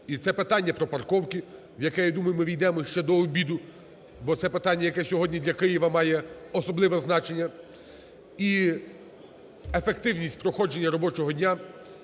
і це питання пропарковки, в яке, я думаю, ми ввійдемо ще до обіду, бо це питання, яке сьогодні для Києва має особливе значення. І ефективність проходження робочого дня